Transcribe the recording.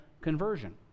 conversion